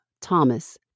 Thomas